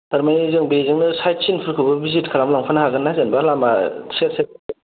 थारमाने जों बेजोंनो सायड सिनफोरखौबो भिजिट खालामलांफानो हागोन ना जेनेबा लामा सेर सेर